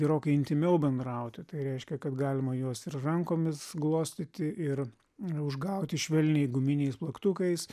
gerokai intymiau bendrauti tai reiškia kad galima juos ir rankomis glostyti ir užgauti švelniai guminiais plaktukais